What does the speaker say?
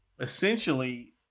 essentially